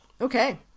Okay